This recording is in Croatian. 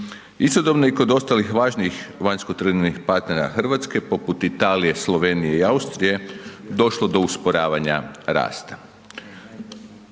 Istodobno i kod ostalih važnijih vanjskotrgovinskih partnera Hrvatske poput Italije, Slovenije i Austrije došlo do usporavanja rasta.